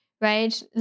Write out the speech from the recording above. right